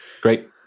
Great